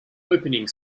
opening